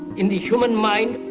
in the human mind,